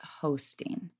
hosting